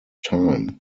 time